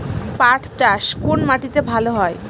পাট চাষ কোন মাটিতে ভালো হয়?